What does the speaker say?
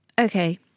Okay